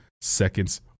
seconds